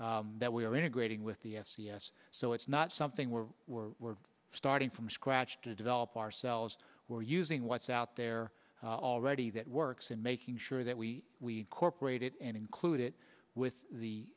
code that we are integrating with the s e s so it's not something we're we're we're starting from scratch to develop ourselves we're using what's out there already that works and making sure that we we cooperated and include it with the